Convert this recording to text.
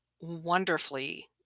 wonderfully